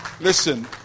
Listen